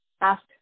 ask